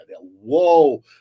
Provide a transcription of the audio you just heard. Whoa